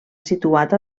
situat